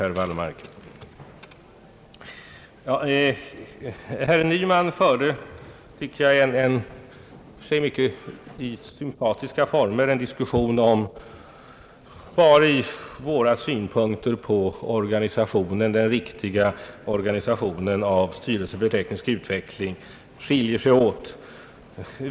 Herr Nyman förde, tycker jag, en i och för sig mycket sympatisk diskussion om vari våra synpunkter på den riktiga organisationen av styrelsen för teknisk utveckling skiljer sig.